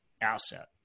asset